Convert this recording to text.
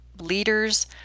leaders